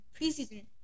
preseason